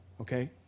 Okay